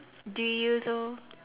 do you though